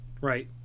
right